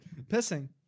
Pissing